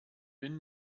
bin